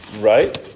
Right